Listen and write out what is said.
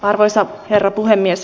arvoisa herra puhemies